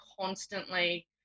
constantly